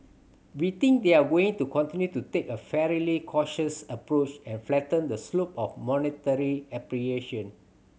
we think they're going to continue to take a fairly cautious approach and flatten the slope of monetary appreciation